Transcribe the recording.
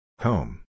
Home